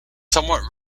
somewhat